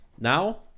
Now